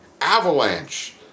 avalanche